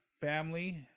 family